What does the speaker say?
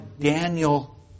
Daniel